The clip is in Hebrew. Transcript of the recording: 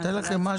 ניתן לכם משהו,